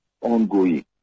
ongoing